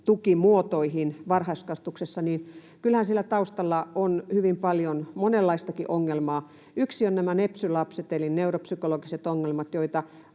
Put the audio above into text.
tukimuotoihin varhaiskasvatuksessa, on hyvin paljon monenlaistakin ongelmaa. Yksi on nämä nepsy-lapset eli neuropsykologiset ongelmat, joita